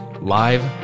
live